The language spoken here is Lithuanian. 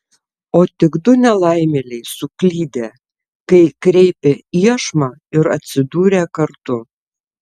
o tik du nelaimėliai suklydę kai kreipė iešmą ir atsidūrę kartu